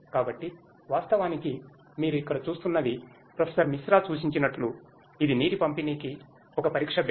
కాబట్టి వాస్తవానికి మీరు ఇక్కడ చూస్తున్నది ప్రొఫెసర్ మిశ్రా సూచించినట్లు ఇది నీటి పంపిణీకి ఒక పరీక్ష బెడ్